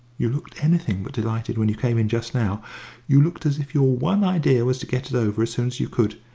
you looked anything but delighted when you came in just now you looked as if your one idea was to get it over as soon as you could.